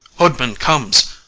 hoodman comes.